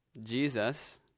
Jesus